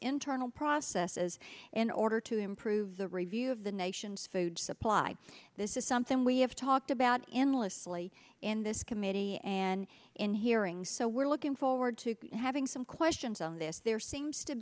internal processes in order to improve the review of the nation's food supply this is something we have talked about endlessly in this committee and in hearing so we're looking forward to having some questions on this there seems to